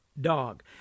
dog